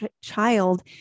child